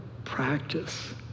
Practice